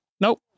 Nope